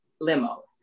Limo